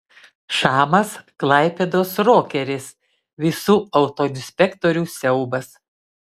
šamas klaipėdos rokeris visų autoinspektorių siaubas